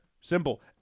Simple